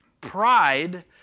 Pride